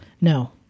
no